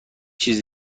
چیز